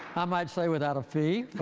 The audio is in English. i might say without a fee,